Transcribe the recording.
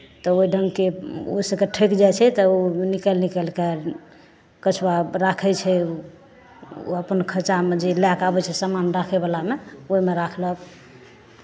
तऽ ओहि ढङ्गके ओहिसँ ठेक जाइ छै तऽ ओ निकालि निकालि कऽ कछुआ राखै छै ओ अपन खोँइचामे जे लए कऽ आबै छै सामान राखयवलामे ओहिमे राखलक